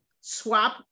swap